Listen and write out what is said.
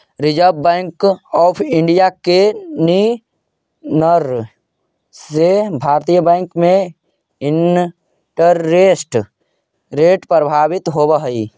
reserve Bank of India के निर्णय से भारतीय बैंक में इंटरेस्ट रेट प्रभावित होवऽ हई